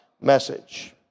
message